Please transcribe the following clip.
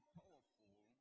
powerful